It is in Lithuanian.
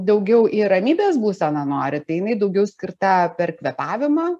daugiau į ramybės būseną nori tai jinai daugiau skirta per kvėpavimą